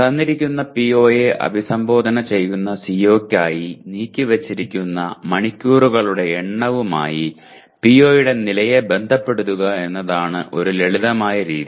തന്നിരിക്കുന്ന PO യെ അഭിസംബോധന ചെയ്യുന്ന CO യ്ക്കായി നീക്കിവച്ചിരിക്കുന്ന മണിക്കൂറുകളുടെ എണ്ണവുമായി PO യുടെ നിലയെ ബന്ധപ്പെടുത്തുക എന്നതാണ് ഒരു ലളിതമായ രീതി